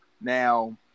Now